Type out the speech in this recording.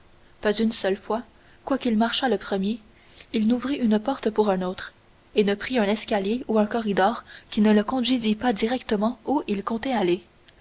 pas une seule fois quoiqu'il marchât le premier il n'ouvrit une porte pour une autre et ne prit un escalier ou un corridor qui ne le conduisît pas directement où il comptait aller